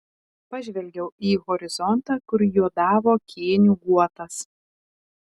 pažvelgiau į horizontą kur juodavo kėnių guotas